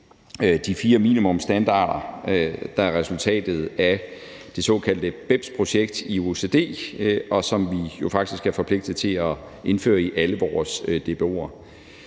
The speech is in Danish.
de fire minimumsstandarder, der er resultatet af det såkaldte BEPS-projekt i OECD, og som vi jo faktisk er forpligtet til at indføre i alle vores DBO'er.